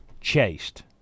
chased